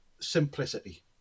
simplicity